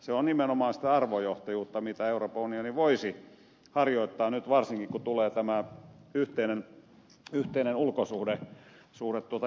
se on nimenomaan sitä arvojohtajuutta mitä euroopan unioni voisi harjoittaa nyt varsinkin kun tulee tämä yhteinen ulkosuhde edustustoverkko